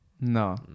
No